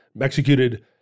Executed